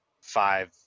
five